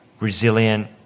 resilient